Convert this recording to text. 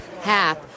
half